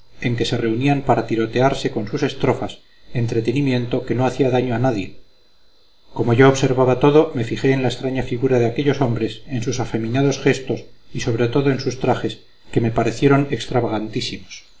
en que se reunían para tirotearse con sus estrofas entretenimiento que no hacía daño a nadie como yo observaba todo me fijé en la extraña figura de aquellos hombres en sus afeminados gestos y sobre todo en sus trajes que me parecieron